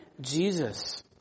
Jesus